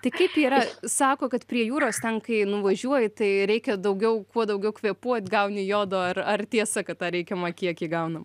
tai kaip yra sako kad prie jūros ten kai nuvažiuoji tai reikia daugiau kuo daugiau kvėpuot gauni jodo ar ar tiesa kad tą reikiamą kiekį gaunam